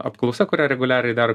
apklausa kurią reguliariai daro